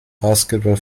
basketball